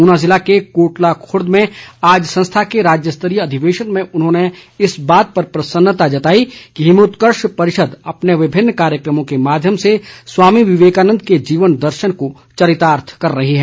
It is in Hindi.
ऊना ज़िले के कोटला खुर्द में आज संस्था के राज्यस्तरीय अधिवेशन में उन्होंने इस बात पर प्रसन्नता जताई कि हिमोत्कर्ष परिषद अपने विभिन्न कार्यक्रमों के माध्यम से स्वामी विवेकानन्द के जीवन दर्शन को चरितार्थ कर रही है